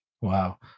wow